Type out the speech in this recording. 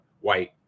White